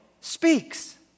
speaks